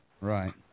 Right